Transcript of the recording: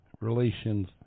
relations